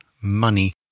money